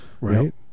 Right